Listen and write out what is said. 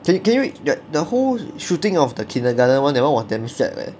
can you can you like the whole shooting of the kindergarten [one] that [one] was damn sad leh